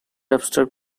abstract